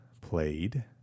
played